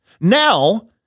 Now